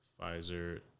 Pfizer